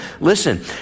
listen